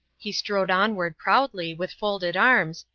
he strode onward proudly, with folded arms,